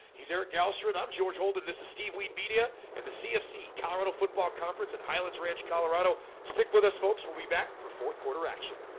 he's eric alfred. i'm george holden this is steve wiebe media and the cfc colorado football conference at highlands ranch, colorado stick with us folks. we'll be back for fourth quarter action